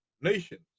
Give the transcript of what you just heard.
nations